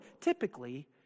typically